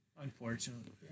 Unfortunately